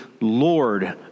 Lord